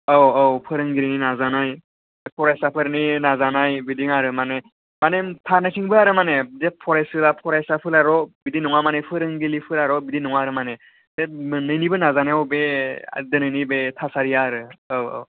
औ औ फोरोंगिरिनि नाजानाय फरायसाफोरनि नाजानाय बिदिनो आरो माने माने फारनैथिंबो आरो माने जे फरायसुला फरायसाफोराल' बिदि नङा माने फोरोंगिरि फोराल' बिदि नङा आरो माने मोननैनिबो नाजानायाव बे दिनैनि बे थासारिया आरो औ औ